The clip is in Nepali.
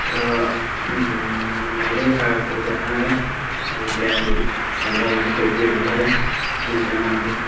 र मेरै काकाको बिहामा है अब बिहाहरूभन्दा अगाडि चाहिँ ढोगभेट हुन्छ है चिनाजाना अब